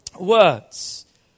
words